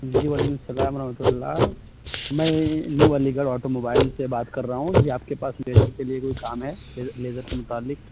جی وعلیکم السّلام و رحمۃ اللہ میں new Aligarh auto mobile سے بات کر رہا ہوں جی آپ کے پاس لیزر کے لیے کوئی کام ہے لیزر لیزر کے متعلق